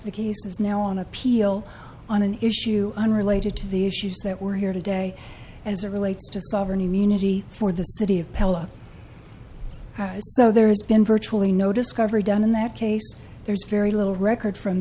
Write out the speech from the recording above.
the case is now on appeal on an issue unrelated to the issues that were here today as a relates to sovereign immunity for the city of pella so there has been virtually no discovery done in that case there's very little record from